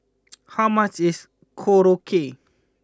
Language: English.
how much is Korokke